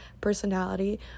personality